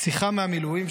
"שיחה מהמילואים",